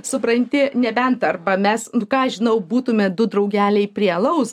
supranti nebent arba mes ką aš žinau būtume du draugeliai prie alaus